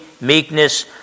meekness